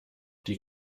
die